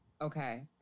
Okay